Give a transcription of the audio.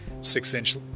six-inch